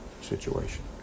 situation